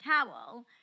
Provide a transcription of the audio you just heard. towel